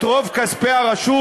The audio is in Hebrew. את רוב כספי הרשות,